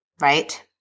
right